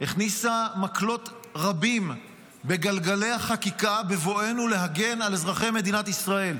הכניסה מקלות רבים בגלגלי החקיקה בבואנו להגן על אזרחי מדינת ישראל.